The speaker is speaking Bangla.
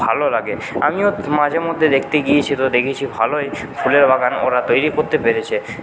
ভালো লাগে আমিও মাঝেমধ্যে দেখতে গিয়েছি তো দেখেছি ভালোই ফুলের বাগান ওরা তৈরি করতে পেরেছে